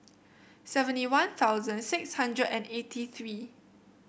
seventy One Thousand six hundred and eighty three